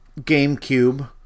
GameCube